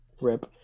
Rip